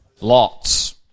Lots